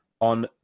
on